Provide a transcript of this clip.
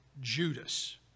Judas